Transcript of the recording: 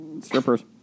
strippers